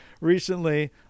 recently